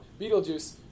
Beetlejuice